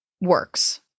works